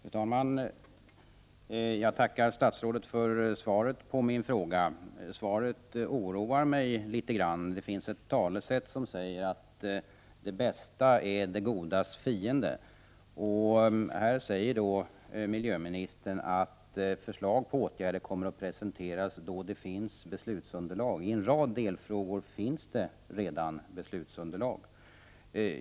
Fru talman! Jag tackar statsrådet för svaret på min fråga. Svaret oroar mig litet grand. Det finns ett talesätt som lyder: ”Det bästa är det godas fiende.” Nu säger miljöministern att förslag till åtgärder kommer att presenteras då det finns beslutsunderlag. I en rad delfrågor finns det redan beslutsunderlag.